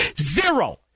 Zero